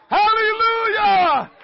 hallelujah